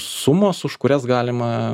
sumos už kurias galima